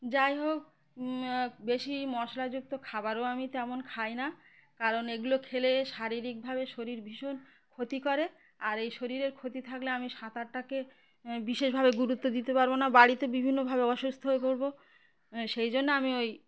যাই হোক বেশি মশলাযুক্ত খাবারও আমি তেমন খাই না কারণ এগুলো খেলে শারীরিকভাবে শরীর ভীষণ ক্ষতি করে আর এই শরীরের ক্ষতি থাকলে আমি সাঁতারটাকে বিশেষভাবে গুরুত্ব দিতে পারবো না বাড়িতে বিভিন্নভাবে অসুস্থ হয়ে পড়বো সেই জন্য আমি ওই